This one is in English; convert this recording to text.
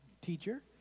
Teacher